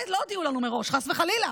לא הודיעו לנו מראש, חס וחלילה.